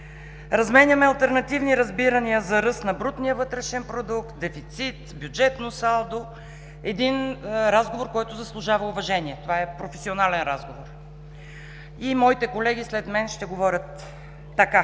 разменяме алтернативни разбирания за ръст на брутния вътрешен продукт, дефицит, бюджетно салдо. Един разговор, който заслужава уважение. Това е професионален разговор. И моите колеги след мен ще говорят така.